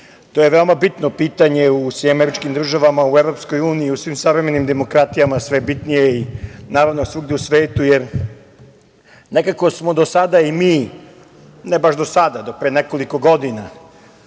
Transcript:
je veoma bitno pitanje u SAD, u Evropskoj uniji, u svim savremenim demokratijama, sve je bitnije, naravno, svugde u svetu, jer nekako smo do sada i mi, ne baš do sada, do pre nekoliko godina,